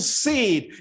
seed